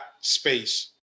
space